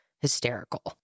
hysterical